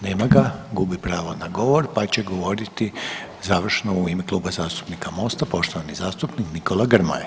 Nema ga, gubi pravo na govor pa će govoriti završno u ime Kluba zastupnika Mosta poštovani zastupnik Nikola Grmoja.